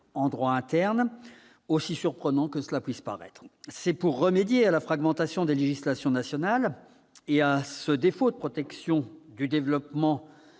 en droit interne, aussi surprenant que cela puisse paraître. C'est pour remédier à la fragmentation des législations nationales et à ce défaut de protection du développement